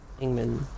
Ingman